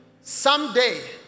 someday